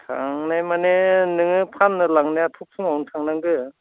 थांनाय माने नोङो फाननो लांनायाथ' फुङावनो थांनांगौ